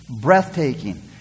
breathtaking